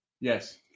Yes